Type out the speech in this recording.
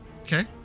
okay